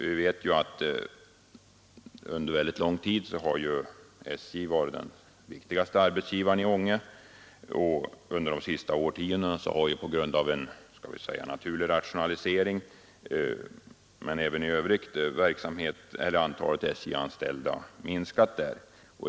Vi vet att SJ under mycket lång tid har varit den viktigaste arbetsgivaren i Ånge och att antalet SJ-anställda där under de senaste årtiondena minskat.